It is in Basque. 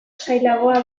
sailagoa